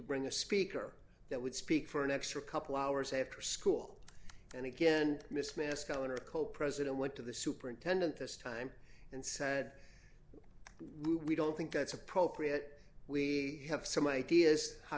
bring a speaker that would speak for an extra couple hours after school and again miss miss calendar co president went to the superintendent this time and said we don't think that's appropriate we have some ideas how